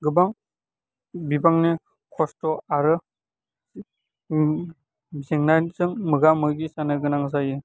गोबां बिबांनि खस्थ' आरो जेंनाजों मोगा मोगि जानो गोनां जायो